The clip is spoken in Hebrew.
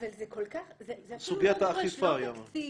זה אפילו לא דורש לא תקציב,